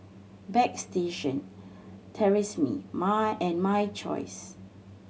Bagstationz Tresemme My and My Choice